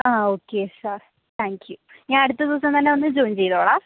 ആ okay sir thank you ഞാനടുത്ത ദിവസം തന്നെ വന്ന് ജോയിൻ ചെയ്തോളാം